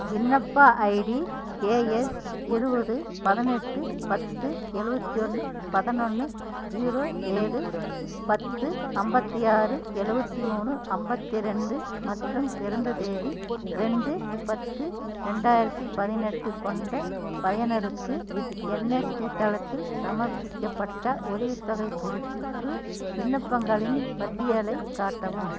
விண்ணப்ப ID K S இருபது பதினெட்டு பத்து எழுவத்தி ஒன்று பதினொன்று ஜீரோ ஏழு பத்து ஐம்பத்தி ஆறு எழுவத்தி மூணு ஐம்பத்தி ரெண்டு மற்றும் பிறந்த தேதி ரெண்டு பத்து ரெண்டாயிரத்து பதினெட்டு கொண்ட பயனருக்கு என்எஸ்பி தளத்தில் சமர்ப்பிக்கப்பட்ட உதவித்தொகைப் புதுப்பிப்பு விண்ணப்பங்களின் பட்டியலைக் காட்டவும்